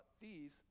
thieves